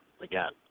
again